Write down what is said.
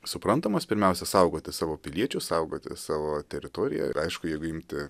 suprantamos pirmiausia saugoti savo piliečius saugoti savo teritoriją ir aišku jeigu imti